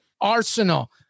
Arsenal